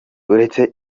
uretse